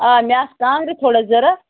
آ مےٚ آسہٕ کانٛگرِ تھوڑا ضوٚرَتھ